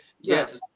yes